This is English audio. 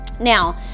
now